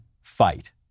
Fight